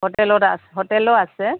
হোটেলত হোটেলো আছে